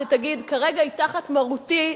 שתגיד: כרגע היא תחת מרותי,